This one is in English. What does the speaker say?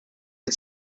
had